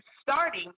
starting